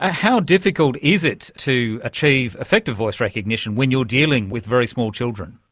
ah how difficult is it to achieve effective voice recognition when you're dealing with very small children?